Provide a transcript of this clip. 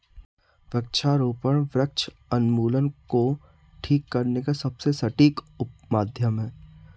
वृक्षारोपण वृक्ष उन्मूलन को ठीक करने का सबसे सटीक माध्यम है